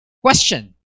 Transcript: question